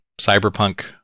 Cyberpunk